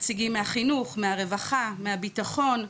נציגים מהחינוך, מהרווחה, מהביטחון,